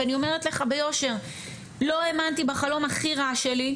ואני אומרת לך ביושר ,לא האמנתי בחלום הכי רע שלי,